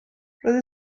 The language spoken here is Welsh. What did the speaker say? roedd